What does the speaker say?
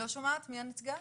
מי הנציגה?